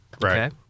right